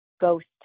ghost